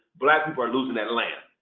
black people are losing their land.